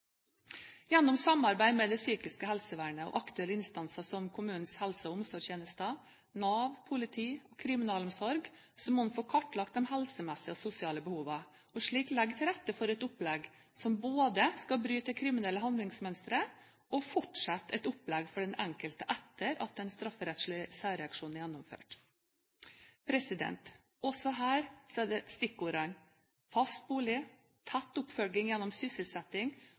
Gjennom samarbeid mellom det psykiske helsevernet og aktuelle instanser som kommunenes helse- og omsorgstjenester, Nav, politi og kriminalomsorg må man få kartlagt de helsemessige og sosiale behovene, og slik legge til rette for både et opplegg som skal bryte det kriminelle handlingsmønsteret og å fortsette et opplegg for den enkelte etter at den strafferettslige særreaksjonen er gjennomført. Også her er stikkordene: fast bolig, tett oppfølging gjennom sysselsetting